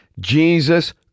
Jesus